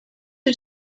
are